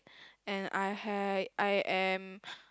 and I have I am